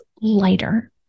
lighter